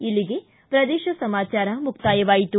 ಇಲ್ಲಿಗೆ ಪ್ರದೇಶ ಸಮಾಚಾರ ಮುಕ್ತಾಯವಾಯಿತು